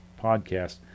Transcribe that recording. podcast